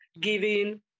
giving